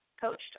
coached